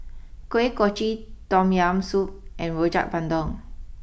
Kuih Kochi Tom Yam Soup and Rojak Bandung